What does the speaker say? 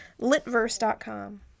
litverse.com